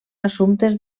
assumptes